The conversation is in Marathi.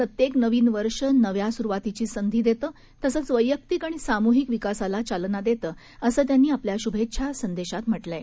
प्रत्येकनवीनवर्षनव्यासुरुवातीचीसंधीदेतं तसंचवैयक्तिकआणिसामूहिकविकासालाचालनादेतं असंत्यांनीआपल्याश्भेच्छासंदेशातम्हटलंआहे